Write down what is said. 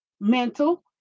mental